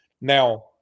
Now